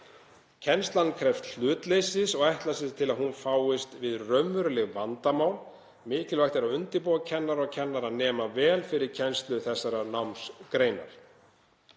Kennslan krefst hlutleysis og ætlast er til að hún fáist við raunveruleg vandamál. Mikilvægt er að undirbúa kennara og kennaranema vel fyrir kennslu þessarar námsgreinar.